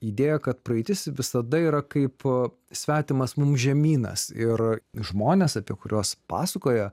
idėją kad praeitis visada yra kaipo svetimas mums žemynas ir žmones apie kuriuos pasakoja